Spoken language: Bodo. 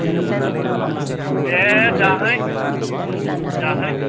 दे जाहै जाहै